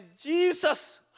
Jesus